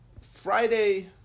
friday